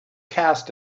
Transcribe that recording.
cast